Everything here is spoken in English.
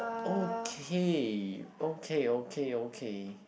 okay okay okay okay